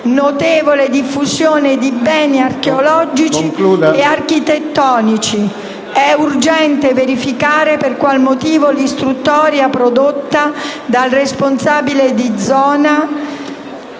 notevole diffusione di beni archeologici e architettonici». È urgente verificare per quale motivo l'istruttoria prodotta dal responsabile di zona